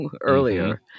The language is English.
earlier